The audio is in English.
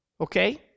Okay